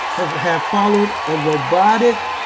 have have followed a robotic,